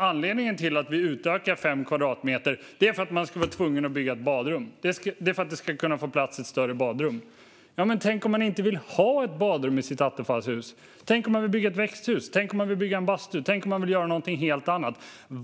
Anledningen till att vi utökar med fem kvadratmeter är att man ska bli tvungen att bygga ett badrum. Det är för att det ska kunna få plats ett större badrum. Tänk om man inte vill ha ett badrum i sitt attefallshus. Tänk om man vill bygga ett växthus. Tänk om man vill bygga en bastu eller göra någonting helt annat.